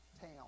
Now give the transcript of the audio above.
town